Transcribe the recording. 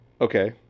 Okay